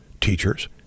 teachers